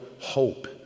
hope